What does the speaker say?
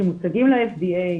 שמוצגים ל-FDA,